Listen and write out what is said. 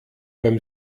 beim